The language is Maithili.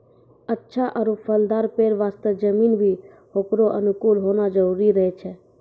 अच्छा आरो फलदाल पेड़ वास्तॅ जमीन भी होकरो अनुकूल होना जरूरी रहै छै